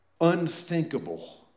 unthinkable